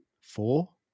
four